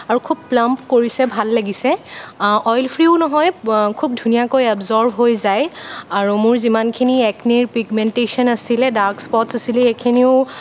আৰু খুব প্লাম্প কৰিছে ভাল লাগিছে অইল ফ্ৰিও নহয় খুব ধুনীয়াকৈ এবজৰ্ব হৈ যায় আৰু মোৰ যিমানখিনি একনিৰ পিগমেন্টেশ্য়ন আছিলে ডাৰ্ক স্পটছ আছিলে সেইখিনিও